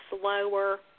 slower